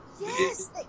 yes